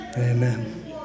Amen